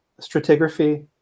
stratigraphy